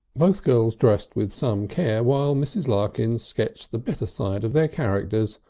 both girls dressed with some care while mrs. larkins sketched the better side of their characters,